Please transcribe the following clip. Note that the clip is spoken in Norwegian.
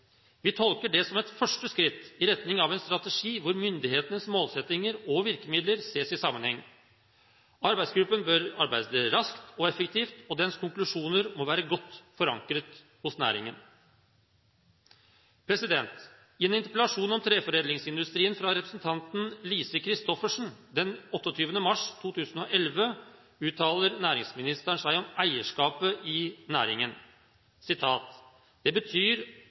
Vi tolker det som et første skritt i retning av en strategi hvor myndighetenes målsettinger og virkemidler ses i sammenheng. Arbeidsgruppen bør arbeide raskt og effektivt, og dens konklusjoner må være godt forankret i næringen. I en interpellasjon om treforedlingsindustrien, fra representanten Lise Christoffersen den 28. mars 2011, uttalte næringsministeren seg om eierskapet i næringen: «Men det betyr